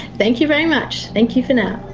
thank you very much, thank you for now